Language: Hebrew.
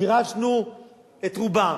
גירשנו את רובם,